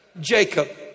Jacob